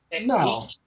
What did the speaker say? No